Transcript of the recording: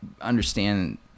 understand